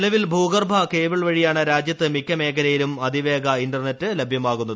നിലവിൽ ഭൂഗർഭ കേബിൾ വഴിയാണ് രാജ്യത്ത് മിക്ക മേഖലയിലും അതിവേഗ ഇന്റർനെറ്റ് ലഭ്യമാകുന്നത്